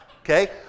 Okay